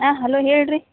ಹಾಂ ಹಲೋ ಹೇಳಿ ರೀ